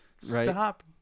stop